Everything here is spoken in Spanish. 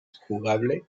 jugable